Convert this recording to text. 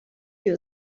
you